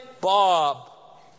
Bob